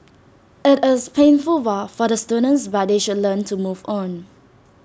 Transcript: IT is painful for the students but they should learn to move on